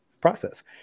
process